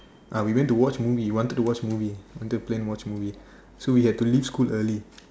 uh we went to watch movie wanted to watch movie wanted to plan watch movie so we had to leave school early